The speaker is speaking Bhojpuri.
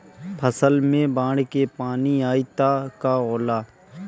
फसल मे बाढ़ के पानी आई त का होला?